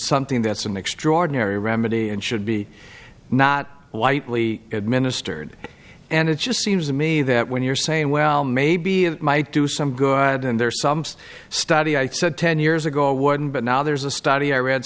something that's an extraordinary remedy and should be not whitely administered and it just seems to me that when you're saying well maybe it might do some good and there are some study i said ten years ago wouldn't but now there's a study i read